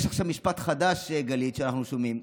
יש עכשיו משפט חדש שאנחנו שומעים,